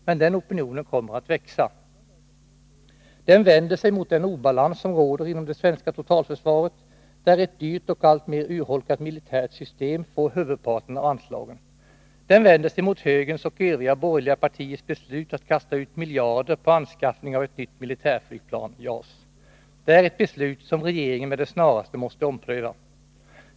Men den opinionen kommer att växa. Den vänder sig mot den obalans som råder inom det svenska totalförsvaret, där ett dyrt och alltmer urholkat militärt system får huvudparten av anslagen. Den vänder sig mot högerns och övriga borgerliga partiers beslut att kasta ut miljarder på anskaffning av ett nytt militärflygplan, JAS. Det är ett beslut som regeringen med det snaraste måste ompröva.